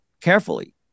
carefully